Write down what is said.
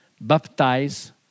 baptize